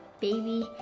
baby